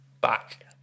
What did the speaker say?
back